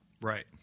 Right